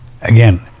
again